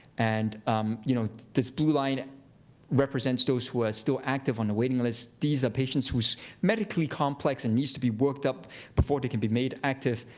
and um you know this blue line and represents those who are still active on the waiting list. these are patients who are so medically complex and needs to be worked up before they can be made active.